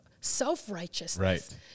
self-righteousness